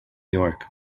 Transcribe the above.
york